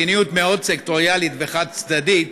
מדיניות מאוד סקטוריאלית וחד-צדדית,